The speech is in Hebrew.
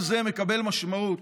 מקבל משמעות,